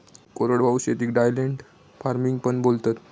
कोरडवाहू शेतीक dryland farming पण बोलतात